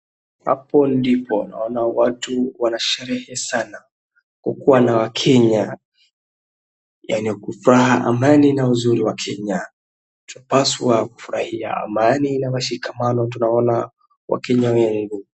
Hapo ndipo naona watu wana sherehe sana kwa kuwa na wakenya yaani kwa furaha, amani na uzuri wa Kenya, twapaswa kufurahia amani na mashikamano tunaona wakenya wengi.